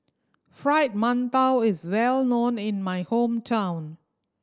Fried Mantou is well known in my hometown